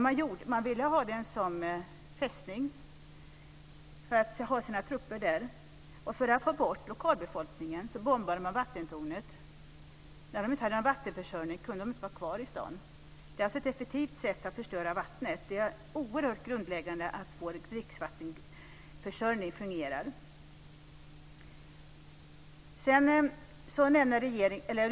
Man ville ha den som fästning för att ha sina trupper där. För att få bort lokalbefolkningen bombade man vattentornet. När de inte hade någon vattenförsörjning kunde de inte vara kvar i staden. Ett effektivt sätt är att förstöra vattenförsörjningen. Det är oerhört grundläggande att försörjningen av dricksvatten fungerar.